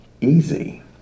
easy